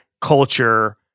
culture